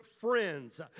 friends